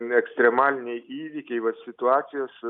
ekstremaliniai įvykiai vat situacijos